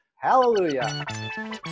hallelujah